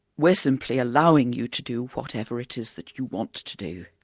we're simply allowing you to do whatever it is that you want to do.